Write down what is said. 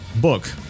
book